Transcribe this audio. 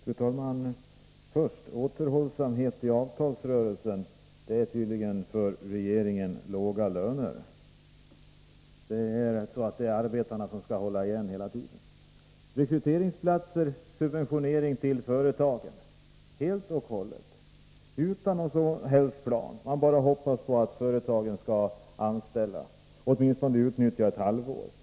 Fru talman! Återhållsamhet i avtalsrörelsen innebär för regeringen tydligen låga löner. Det är arbetarna som skall hålla igen hela tiden. Förslaget om rekryteringsplatser är — helt och hållet — en subventionering till företagen. Dessutom har man inte någon som helst plan, utan man hoppas bara att företagen skall anställa, eller åtminstone utnyttja bidraget ett halvår.